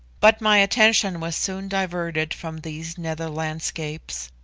but my attention was soon diverted from these nether landscapes.